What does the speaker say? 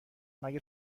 مگه